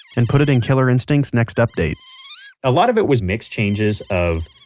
and put it in killer instinct's next update a lot of it was mix changes of,